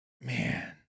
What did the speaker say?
man